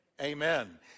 Amen